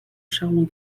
charmant